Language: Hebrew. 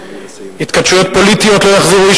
התכתשויות פוליטיות לא יחזירו איש